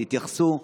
תתייחסו.